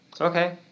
Okay